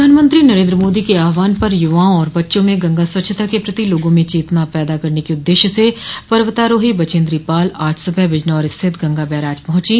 प्रधानमंत्री नरेन्द्र मोदी के आह्वान पर युवाओं और बच्चों में गंगा स्वच्छता के प्रति लोगों में चेतना पैदा करने के उद्देश्य से पर्वतारोही बछेन्द्रीपाल आज सुबह बिजनौर स्थित गंगा बैराज पहुंची